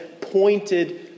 pointed